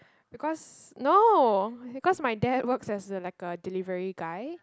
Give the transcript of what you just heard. because no because my dad works as a like a delivery guy